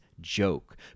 joke